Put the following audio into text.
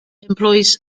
employs